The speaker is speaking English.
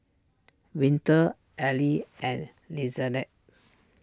Winter Ally and Lizette